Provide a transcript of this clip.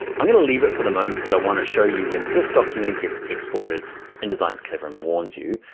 i'm gonna leave it for the moment cuz i wanna show you when this document gets exported indesign's clever and warns you.